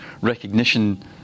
recognition